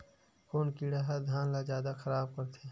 कोन कीड़ा ह धान ल जादा खराब करथे?